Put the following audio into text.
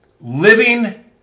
Living